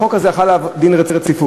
על החוק הזה חל דין רציפות,